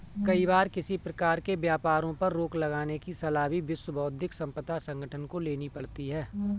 कई बार किसी प्रकार के व्यापारों पर रोक लगाने की सलाह भी विश्व बौद्धिक संपदा संगठन को लेनी पड़ती है